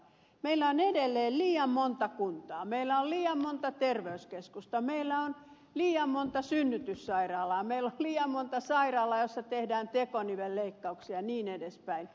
meillä on edelleen liian monta kuntaa meillä on liian monta terveyskeskusta meillä on liian monta synnytyssairaalaa meillä on liian monta sairaalaa joissa tehdään tekonivelleikkauksia jnp